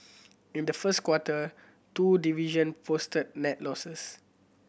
in the first quarter two division posted net losses